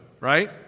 right